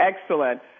excellent